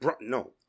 No